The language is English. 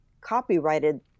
copyrighted